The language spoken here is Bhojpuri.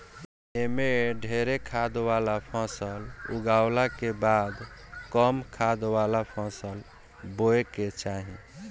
एमे ढेरे खाद वाला फसल उगावला के बाद कम खाद वाला फसल बोए के चाही